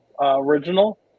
original